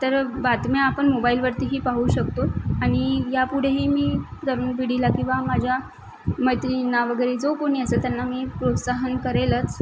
तर बातम्या आपण मोबाईलवरतीही पाहू शकतो आनि या पुढेही मी तरुण पिढीला किंवा माझ्या मैत्रिणींना वगैरे जो कोणी असतात त्यांना मी प्रोत्साहन करेलच